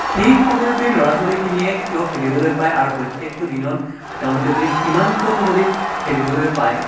সেই সময়তেই ল'ৰা ছোৱালীখিনিয়ে কিয় খেলিবলৈ পায় আৰু প্ৰত্যেকটো দিনত তেওঁলোকে যদি সিমানকণো যদি খেলিবলৈ পায়